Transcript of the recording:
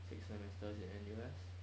six semesters in N_U_S